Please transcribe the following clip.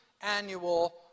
annual